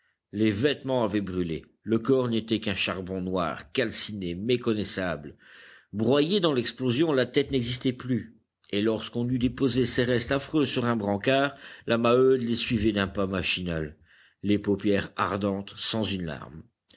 les vêtements avaient brûlé le corps n'était qu'un charbon noir calciné méconnaissable broyée dans l'explosion la tête n'existait plus et lorsqu'on eut déposé ces restes affreux sur un brancard la maheude les suivit d'un pas machinal les paupières ardentes sans une larme